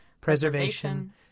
preservation